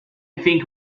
think